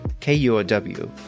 KUOW